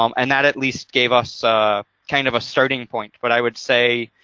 um and that at least gave us kind of a starting point. but i would say,